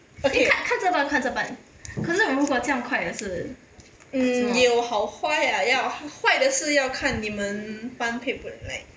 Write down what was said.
okay mm 也有好坏啊要坏的是要看你们般配不:ye you hao huai yao huai de shi yao kan ni men ban pei bu like